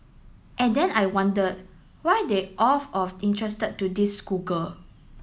and then I wondered why they of of interested to this schoolgirl